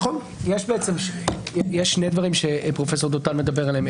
יש שני דברים שפרופסור דותן מדבר עליהם.